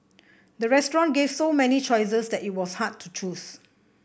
the restaurant gave so many choices that it was hard to choose